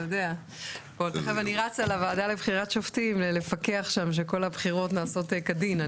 תכף אני רצה לוועדה לבחירת שופטים לפקח שם שכל הבחירות נעשות כדין.